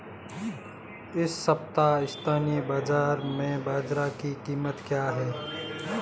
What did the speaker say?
इस सप्ताह स्थानीय बाज़ार में बाजरा की कीमत क्या है?